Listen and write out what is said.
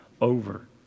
over